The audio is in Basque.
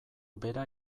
bera